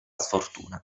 sfortuna